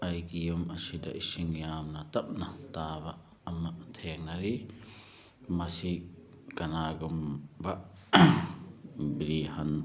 ꯑꯩꯒꯤ ꯌꯨꯝ ꯑꯁꯤꯗ ꯏꯁꯤꯡ ꯌꯥꯝꯅ ꯇꯞꯅ ꯇꯥꯕ ꯑꯃ ꯊꯦꯡꯅꯔꯤ ꯃꯁꯤ ꯀꯅꯥꯒꯨꯝꯕ ꯕ꯭ꯔꯤꯍꯟ